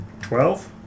Twelve